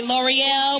L'Oreal